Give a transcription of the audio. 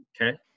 Okay